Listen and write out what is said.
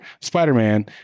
Spider-Man